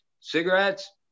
Cigarettes